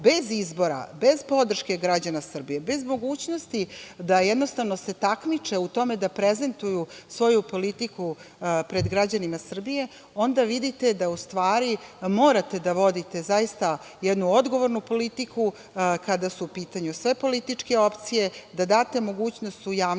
bez izbora, bez podrške građana Srbije, bez mogućnosti da se jednostavno takmiče u tome da prezentuju svoju politiku pred građanima Srbije, onda vidite da u stvari morate da vodite zaista jednu odgovornu politiku kada su u pitanju sve političke opcije, da date mogućnost u javnosti